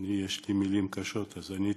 יש לי מילים קשות, אז אני אתאפק,